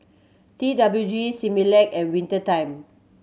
T W G Similac and Winter Time